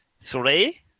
Three